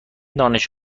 دانش